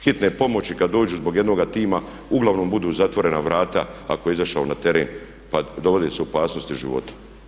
Hitne pomoći kad dođu zbog jednoga tima uglavnom budu zatvorena vrata ako je izašao na teren, pa dovede se u opasnost i život.